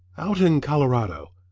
out in colorado,